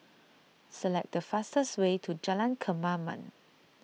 select the fastest way to Jalan Kemaman